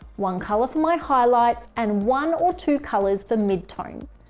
one color for my highlights, and one or two colors for midtones.